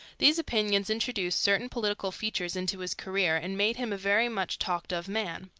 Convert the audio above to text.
these opinions introduced certain political features into his career and made him a very much talked-of man.